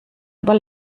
aber